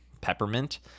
peppermint